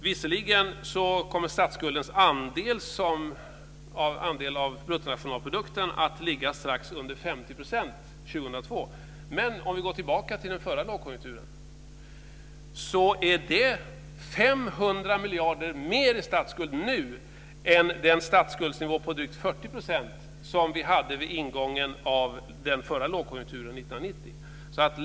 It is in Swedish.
Visserligen kommer statsskuldens andel av bruttonationalprodukten att ligga strax under 50 % år 2002, men om vi går tillbaka till den förra lågkonjunkturen ser vi att vi har 500 miljarder mer i statsskuld nu än vi hade med den statsskuldsnivå på drygt 40 % som rådde vid ingången av den förra lågkonjunkturen 1990.